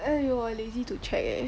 !aiyo! I lazy to check eh